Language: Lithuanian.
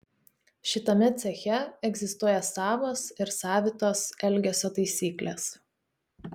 šitame ceche egzistuoja savos ir savitos elgesio taisyklės